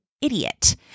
idiot